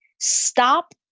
stop